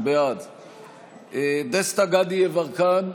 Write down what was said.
בעד דסטה גדי יברקן,